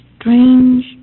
strange